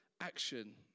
action